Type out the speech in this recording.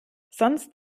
sonst